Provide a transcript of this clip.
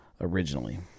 originally